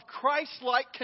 Christ-like